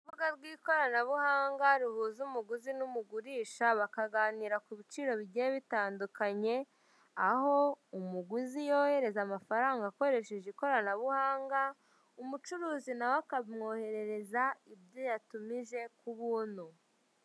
Urubuga rw'ikoranabuhanga ruhuza umuguzi n'umugurisha bakaganira ku bicuruzwa bigiye bitandukanye, aho umuguzi yohereza amafaranga akoresheje ikoranabuhanga umucuruzi nawe akamwohereza ibyo yatumije ku buntu.